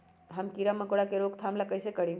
हम किरा मकोरा के रोक थाम कईसे करी?